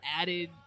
added